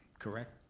correct?